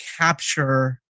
capture